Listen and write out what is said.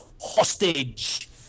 Hostage